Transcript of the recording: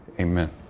Amen